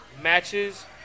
matches